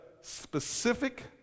specific